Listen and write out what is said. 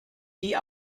die